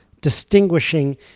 distinguishing